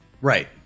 right